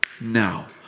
now